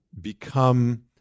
become